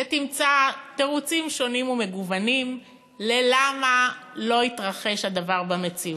ותמצא תירוצים שונים ומגוונים למה לא התרחש הדבר במציאות.